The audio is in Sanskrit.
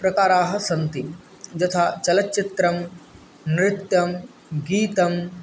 प्रकाराः सन्ति यथा चलच्चित्रं नृत्यं गीतं